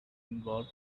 involved